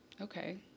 okay